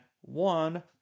one